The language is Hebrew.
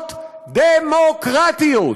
מדינות דמוקרטיות,